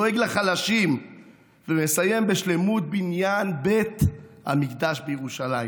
דואג לחלשים ומסיים בשלמות בניין בית המקדש בירושלים.